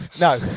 No